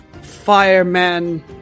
fireman